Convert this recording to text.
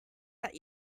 that